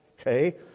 Okay